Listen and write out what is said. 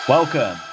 Welcome